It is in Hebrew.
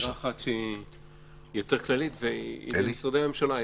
אמירה אחת יותר כללית והיא למשרדי הממשלה,